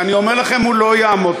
ואני אומר לכם: הוא לא יעמוד.